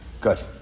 Good